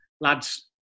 Lads